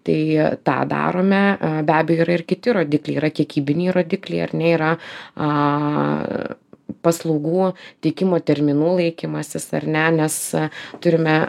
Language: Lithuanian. tai tą darome a be abejo yra ir kiti rodikliai yra kiekybiniai rodikliai ar ne yra a paslaugų teikimo terminų laikymasis ar ne nes turime